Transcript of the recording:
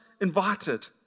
invited